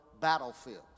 battlefields